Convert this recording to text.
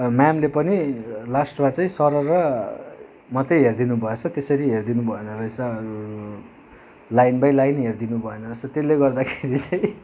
म्यामले पनि लास्टमा चाहिँ सरर मात्रै हेरिदिनु भएछ त्यसरी हेरिदिनु भएन रहेछ लाइन बाई लाइन हेरिदिनु भएन रहेछ त्यसले गर्दाखेरि चाहिँ